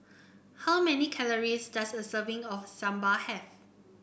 how many calories does a serving of Sambar have